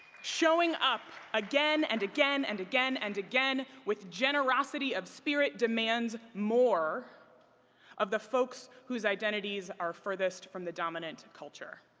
showing up again and again and again and again with generosity of spirit demands more of the folks whose identities are furthest from the dominant culture.